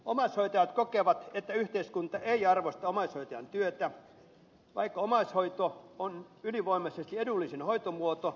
omaishoitajat kokevat että yhteiskunta ei arvosta omaishoitajan työtä vaikka omaishoito on ylivoimaisesti edullisin hoitomuoto